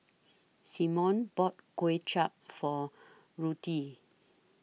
Symone bought Kway Chap For Ruthie